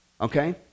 okay